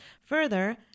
Further